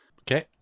Okay